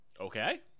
Okay